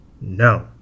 No